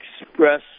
express